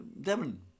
Devon